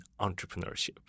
entrepreneurship